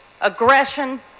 aggression